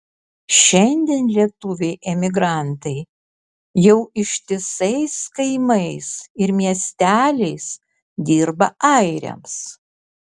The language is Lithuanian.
šiandien lietuviai emigrantai jau ištisais kaimais ir miesteliais dirba airiams